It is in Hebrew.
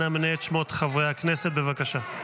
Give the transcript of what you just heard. אנא מנה את שמות חברי הכנסת, בבקשה.